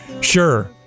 sure